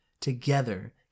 Together